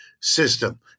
system